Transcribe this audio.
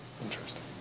Interesting